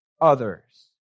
others